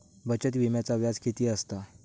बचत विम्याचा व्याज किती असता?